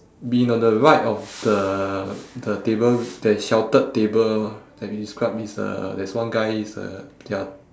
been on the right of the the table that sheltered table that we described is uh there's one guy is uh they are